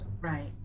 right